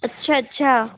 अच्छा अच्छा